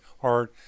hard